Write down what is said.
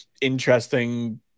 interesting